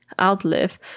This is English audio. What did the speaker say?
outlive